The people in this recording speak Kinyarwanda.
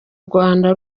rwanda